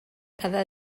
cada